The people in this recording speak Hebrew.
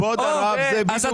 כבוד הרב, זה בדיוק מה שהתכוונו.